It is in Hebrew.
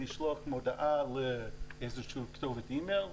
תשלחו הודעה לכתובת אי-מייל כלשהי.